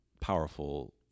powerful